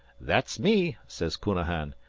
that's me sez counahan.